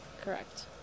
Correct